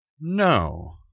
No